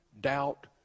doubt